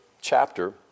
chapter